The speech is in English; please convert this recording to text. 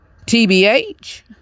TBH